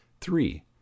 Three